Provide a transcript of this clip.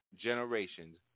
generations